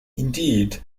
indeed